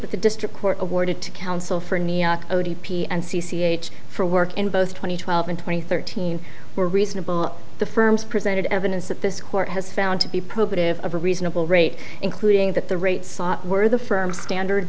the district court awarded to counsel for odp and c c h for work in both twenty twelve and twenty thirteen were reasonable the firms presented evidence that this court has found to be probative of a reasonable rate including that the rates were the firm standard